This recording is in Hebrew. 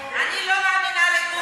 אני לא מאמינה לגוגל,